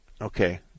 Okay